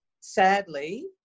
Sadly